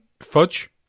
Fudge